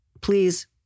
please